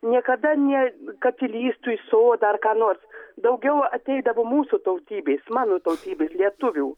niekada nė kad įlįstų į sodą ar ką nors daugiau ateidavo mūsų tautybės mano tautybės lietuvių